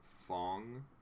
Fong